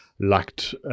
lacked